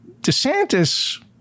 DeSantis